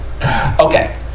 okay